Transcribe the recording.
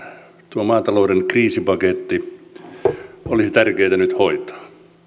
tuo maatalouden kriisipaketti olisi tärkeää nyt hoitaa